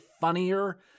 funnier